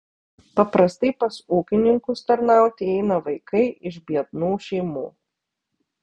paprastai pas ūkininkus tarnauti eina vaikai iš biednų šeimų